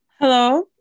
Hello